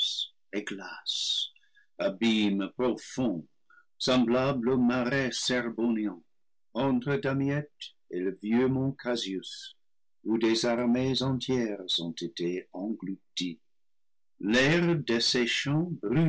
abîme profond semblable au marais charbonnent entre damiette et le vieux mont casius où des armées entières ont été englouties l'air desséchant